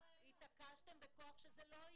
זה --- התעקשתם בכוח שזה לא יהיה.